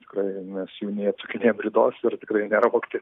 tikrai mes jų nei atsukinėjam ridos ir tikrai nėra vogti